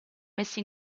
messi